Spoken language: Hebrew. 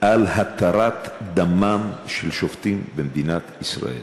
על התרת דמם של שופטים במדינת ישראל.